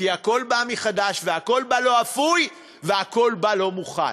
כי הכול בא מחדש והכול בא לא אפוי והכול בא לא מוכן.